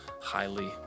highly